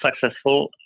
successful